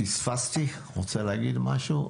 שפספסתי, רוצה להגיד משהו?